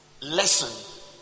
lesson